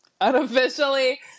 Unofficially